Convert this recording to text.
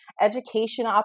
education